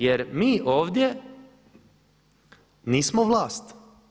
Jer mi ovdje nismo vlast.